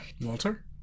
walter